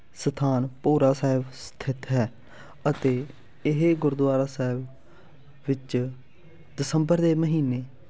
ਸਥਾਨ ਭੋਰਾ ਸਾਹਿਬ ਸਥਿਤ ਹੈ ਅਤੇ ਇਹ ਗੁਰਦੁਆਰਾ ਸਾਹਿਬ ਵਿੱਚ ਦਸੰਬਰ ਦੇ ਮਹੀਨੇ